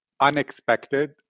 unexpected